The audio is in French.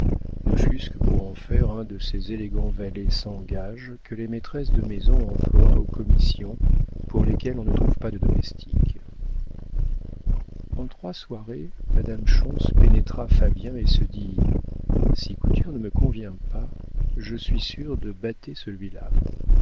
ne fût-ce que pour en faire un de ces élégants valets sans gages que les maîtresses de maison emploient aux commissions pour lesquelles on ne trouve pas de domestiques en trois soirées madame schontz pénétra fabien et se dit si couture ne me convient pas je suis sûre de bâter celui-là